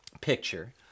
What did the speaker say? picture